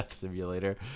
Simulator